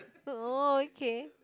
oh okay